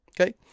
Okay